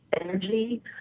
energy